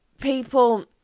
people